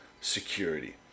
security